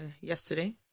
yesterday